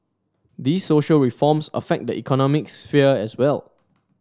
these social reforms affect the economic sphere as well